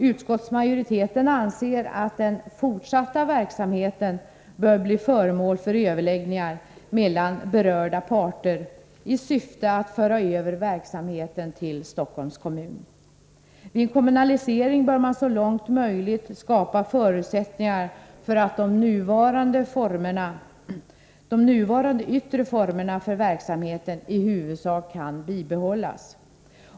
Utskottsmajoriteten anser att den fortsatta verksamheten bör bli föremål för överläggningar mellan berörda parter i syfte att föra över verksamheten till Stockholms kommun. Vid en kommunalisering bör man så långt möjligt skapa förutsättningar för att de nuvarande yttre formerna för verksamheten i huvudsak kan bibehållas.